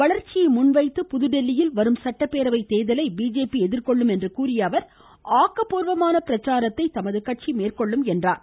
வளர்ச்சியை முன்வைத்து புதுதில்லியில் வரும் சட்டப்பேரவை தேர்தலை பிஜேபி எதிர்கொள்ளும் என்று கூறியஅவர் ஆக்கப்பூர்வமான பிரச்சாரத்தை பிஜேபி மேற்கொள்ளும் என்றார்